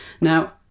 Now